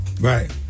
Right